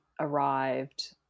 arrived